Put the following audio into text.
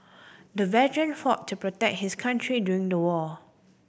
the veteran fought to protect his country during the war